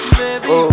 baby